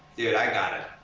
dude, i gotta,